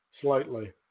slightly